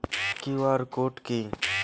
QR code কি?